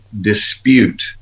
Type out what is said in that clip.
dispute